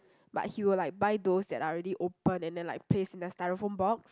but he will like buy those that are already opened and then like placed in the styrofoam box